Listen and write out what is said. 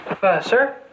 Sir